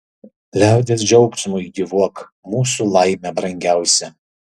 liaudies džiaugsmui gyvuok mūsų laime brangiausia